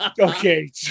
okay